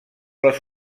les